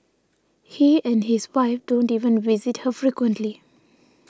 he and his wife don't even visit her frequently